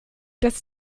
das